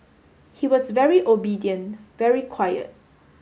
he was very obedient very quiet